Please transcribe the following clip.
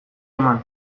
eman